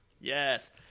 Yes